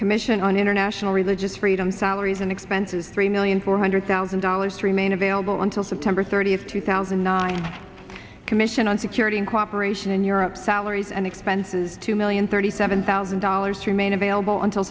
commission on international religious freedom salaries and expenses three million four hundred thousand dollars remain available until september thirtieth two thousand and nine commission on security and cooperation in europe salaries and expenses two million thirty seven thousand dollars remain available until